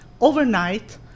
overnight